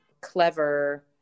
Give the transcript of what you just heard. clever